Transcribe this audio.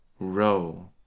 Row